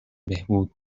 بهبود